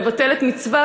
נבטל את המצווה,